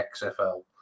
XFL